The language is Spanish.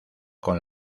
con